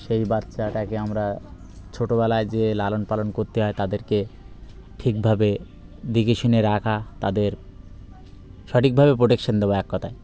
সেই বাচ্চাটাকে আমরা ছোটোবেলায় যে লালন পালন করতে হয় তাদেরকে ঠিকভাবে দেখে শুনে রাখা তাদের সঠিকভাবে প্রোটেকশান দেওয়া এক কথায়